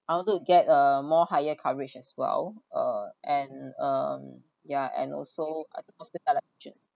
I want to get a more higher coverage as well uh and um yeah and also like hospitalisation insurance